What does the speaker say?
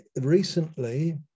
recently